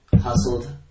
hustled